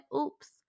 Oops